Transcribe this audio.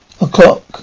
o'clock